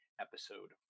episode